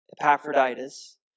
Epaphroditus